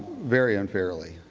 very unfairly.